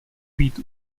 být